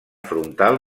frontal